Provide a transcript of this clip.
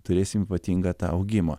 turėsim ypatingą tą augimą